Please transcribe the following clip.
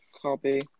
Copy